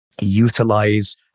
Utilize